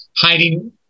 hiding